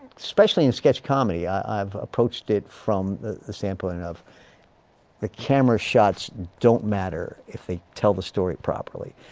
especially in sketch comedy. i've approached it from the the standpoint of the camera shots don't matter if they tell the story properly.